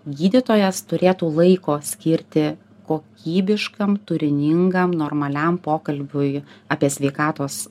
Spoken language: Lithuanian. gydytojas turėtų laiko skirti kokybiškam turiningam normaliam pokalbiui apie sveikatos